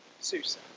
Susa